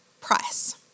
price